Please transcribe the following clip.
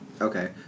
Okay